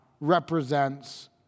represents